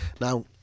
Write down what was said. Now